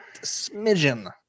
smidgen